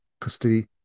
custody